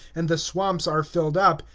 and the swamps are filled up,